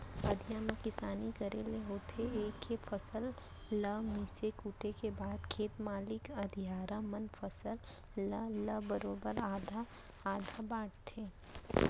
अधिया म किसानी करे ले होथे ए के फसल ल मिसे कूटे के बाद खेत मालिक अधियारा मन फसल ल ल बरोबर आधा आधा बांटथें